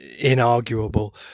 inarguable